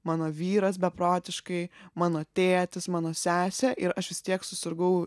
mano vyras beprotiškai mano tėtis mano sesė ir aš vis tiek susirgau